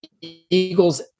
Eagles